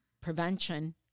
prevention